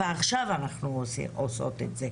ואנחנו עושות את זה עכשיו.